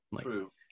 True